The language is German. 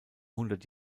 hundert